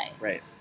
Right